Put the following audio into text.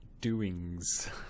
doings